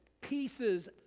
pieces